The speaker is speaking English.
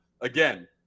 again